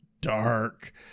dark